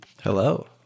Hello